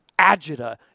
agita